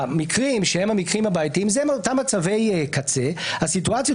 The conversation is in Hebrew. המקרים הבעייתיים הם אותם מצבי קצה הסיטואציות